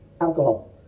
alcohol